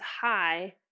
high